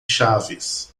chaves